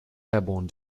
airborne